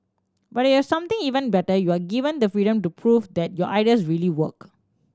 but if you have something even better you are given the freedom to prove that your ideas really work